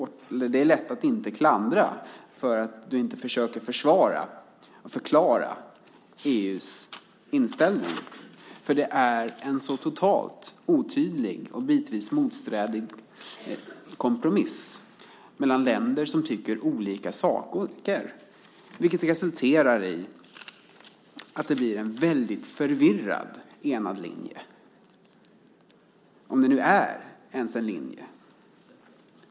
Det är lätt att inte klandra dig för att du inte försöker försvara och förklara EU:s inställning, för det är en totalt otydlig och bitvis motstridig kompromiss mellan länder som tycker olika saker, vilket resulterar i att det blir en väldigt förvirrad enad linje - om det nu ens är en linje.